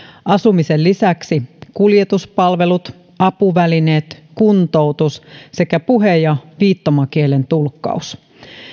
asumisen lisäksi kuljetuspalvelut apuvälineet kuntoutus sekä puhe ja viittomakielen tulkkaus